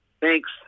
Thanks